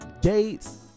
dates